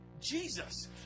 Jesus